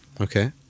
Okay